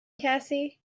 cassie